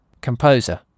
composer